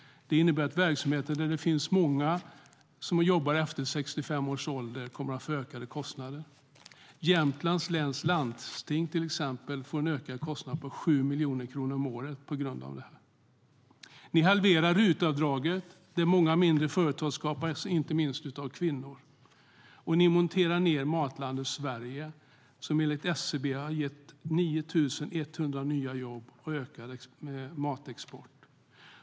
Det innebär att verksamheter där det finns många som jobbar efter 65 års ålder kommer att få ökade kostnader. Exempelvis Jämtlands läns landsting får en ökad kostnad på 7 miljoner kronor om året på grund av detta. Ni monterar ned Matlandet Sverige, som enligt SCB har skapat 9 100 nya jobb och ökad matexport.